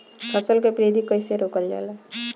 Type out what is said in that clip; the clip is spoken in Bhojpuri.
फसल के वृद्धि कइसे रोकल जाला?